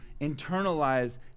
internalize